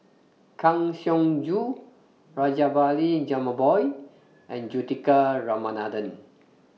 Kang Siong Joo Rajabali Jumabhoy and Juthika Ramanathan